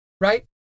right